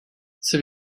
c’est